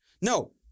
No